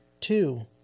Two